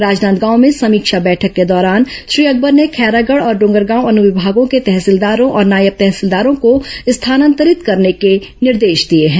राजनांदगांव में समीक्षा बैठक के दौरान श्री अकबर ने खैरागढ़ और डोंगरगांव अनुविभागों के तहसीलदारों और नायब तहसीलदारों को स्थानांतरित करने के निर्देश दिए हैं